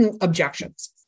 objections